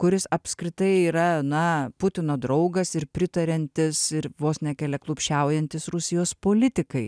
kuris apskritai yra na putino draugas ir pritariantis ir vos ne keliaklupščiaujantis rusijos politikai